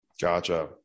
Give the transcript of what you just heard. Gotcha